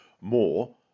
more